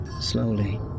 Slowly